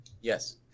Yes